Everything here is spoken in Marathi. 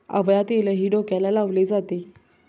आवळा तेलही डोक्याला लावले जाते